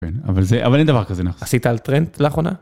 אבל זה, אבל אין דבר כזה. עשית על טרנד לאחרונה?